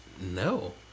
no